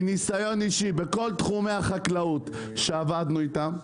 מניסיון אישי בכל תחומי החקלאות שעבדנו איתם,